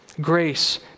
Grace